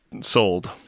sold